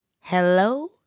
Hello